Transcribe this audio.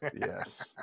yes